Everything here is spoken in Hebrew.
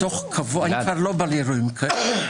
אני כבר לא בא לאירועים כאלה.